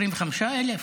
25,000?